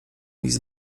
list